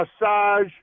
massage